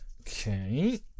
Okay